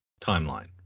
timeline